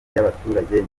ry’abaturage